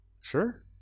Sure